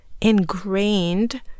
ingrained